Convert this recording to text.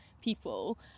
people